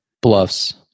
bluffs